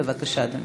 בבקשה, אדוני.